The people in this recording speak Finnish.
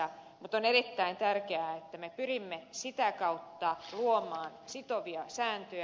mutta on erittäin tärkeää että me pyrimme sitä kautta luomaan sitovia sääntöjä